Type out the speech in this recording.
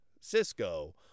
Cisco